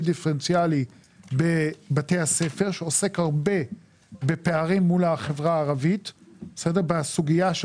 דיפרנציאלי בבתי הספר שעוסק הרבה בפערים מול החברה הערבית בסוגיה של